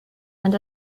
and